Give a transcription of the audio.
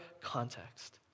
context